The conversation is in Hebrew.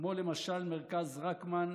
כמו למשל מרכז רקמן,